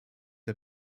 der